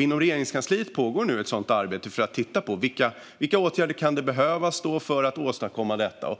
Inom Regeringskansliet pågår nu ett sådant arbete för att titta på vilka åtgärder som kan behövas för att åstadkomma detta.